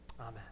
amen